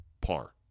Par